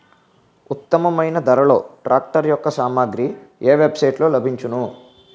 ఉత్తమమైన ధరలో ట్రాక్టర్ యెక్క సామాగ్రి ఏ వెబ్ సైట్ లో లభించును?